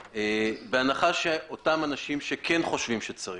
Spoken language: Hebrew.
בהנחה שאותם אנשים שכן חושבים שצריך,